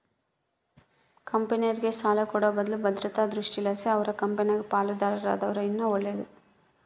ಕಂಪೆನೇರ್ಗೆ ಸಾಲ ಕೊಡೋ ಬದ್ಲು ಭದ್ರತಾ ದೃಷ್ಟಿಲಾಸಿ ಅವರ ಕಂಪೆನಾಗ ಪಾಲುದಾರರಾದರ ಇನ್ನ ಒಳ್ಳೇದು